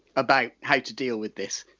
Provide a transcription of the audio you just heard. about how to deal with this?